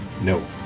No